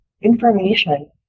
information